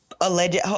alleged